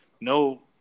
no